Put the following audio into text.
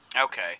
Okay